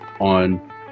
on